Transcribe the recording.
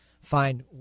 find